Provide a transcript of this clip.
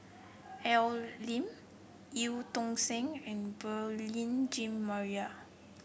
Al Lim Eu Tong Sen and Beurel Jean Marie